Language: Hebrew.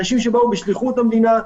אלה אנשים שבאו בשליחות המדינה,